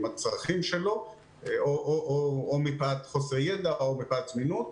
הצרכים שלו או מפאת חוסר ידע או מפאת זמינות.